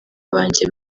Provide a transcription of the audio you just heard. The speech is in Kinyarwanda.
banjye